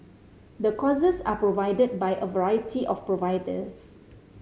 the courses are provided by a variety of providers